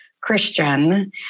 Christian